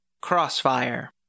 Crossfire